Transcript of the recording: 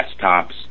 desktops